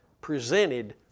presented